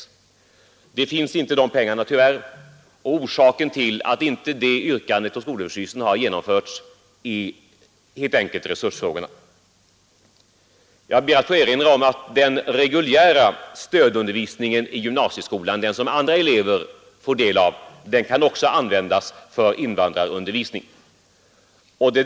Tyvärr finns inte de pengarna, och orsaken till att skolöverstyrelsens yrkande inte har tagits upp är helt enkelt brist på resurser. Jag ber att få erinra om att den reguljära stödundervisningen i gymnasieskolan som andra elever får del av också kan användas för invandrarundervisning.